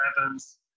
Evans